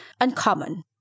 uncommon